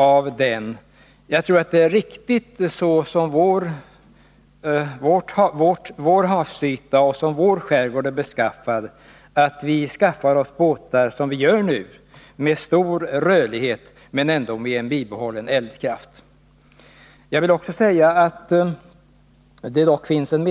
Enligt min mening är det riktigt med tanke på hur vår havsyta och vår skärgård är beskaffad att vi skaffar oss båtar — vilket vi gör nu — som har stor rörlighet men ändå bibehållen eldkraft. Jag vill också säga att det finns en